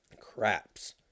craps